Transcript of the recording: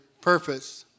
purpose